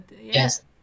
Yes